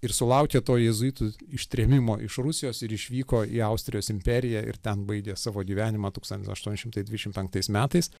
ir sulaukė to jėzuitų ištrėmimo iš rusijos ir išvyko į austrijos imperiją ir ten baigė savo gyvenimą tūkstantis aštuoni šimtai dvidešimt penktais metais